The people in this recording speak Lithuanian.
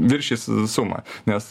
viršys sumą nes